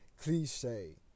Cliche